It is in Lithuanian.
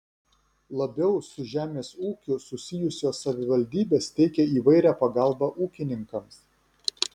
labiau su žemės ūkiu susijusios savivaldybės teikia įvairią pagalbą ūkininkams